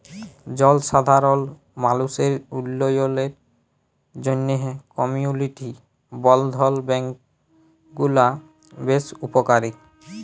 জলসাধারল মালুসের উল্ল্যয়লের জ্যনহে কমিউলিটি বলধ্ল ব্যাংক গুলা বেশ উপকারী